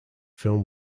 film